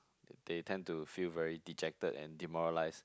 they tend to feel very dejected and demoralised